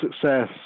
success